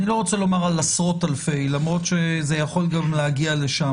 אני לא רוצה לומר על עשרות-אלפי למרות שזה יכול גם להגיע לשם